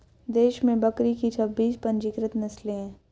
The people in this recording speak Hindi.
देश में बकरी की छब्बीस पंजीकृत नस्लें हैं